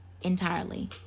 entirely